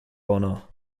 honor